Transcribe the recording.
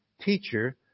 Teacher